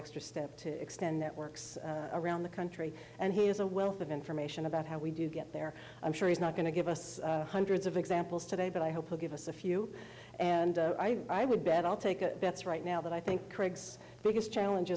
extra step to extend networks around the country and he has a wealth of information about how we do get there i'm sure he's not going to give us hundreds of examples today but i hope he'll give us a few and i would bet i'll take a bets right now that i think craig's biggest challenge